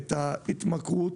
את ההתמכרות.